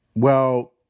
well,